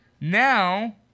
Now